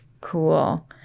Cool